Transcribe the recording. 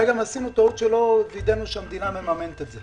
אולי גם עשינו טעות שלא וידאנו שהמדינה מממנת את זה.